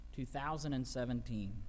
2017